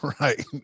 right